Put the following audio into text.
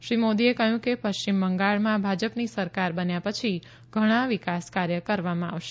શ્રી મોદીએ કહ્યું કે પશ્ચિમ બંગાળમાં ભાજપની સરકાર બન્યા પછી ઘણાં વિકાસ કાર્ય કરવામાં આવશે